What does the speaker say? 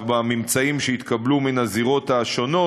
בממצאים שהתקבלו מן הזירות השונות.